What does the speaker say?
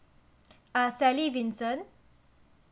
uh sally vincent